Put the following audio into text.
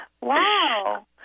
Wow